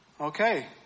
Okay